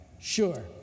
sure